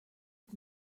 was